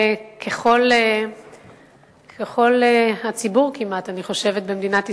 ככל הציבור במדינת ישראל,